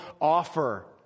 offer